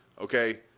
Okay